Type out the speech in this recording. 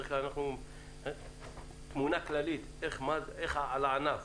תמונה כללית על הענף,